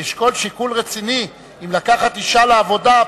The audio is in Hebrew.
אני אשקול שיקול רציני אם לקחת אשה לעבודה,